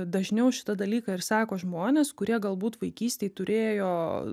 dažniau šitą dalyką ir sako žmonės kurie galbūt vaikystėj turėjo